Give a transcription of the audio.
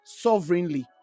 sovereignly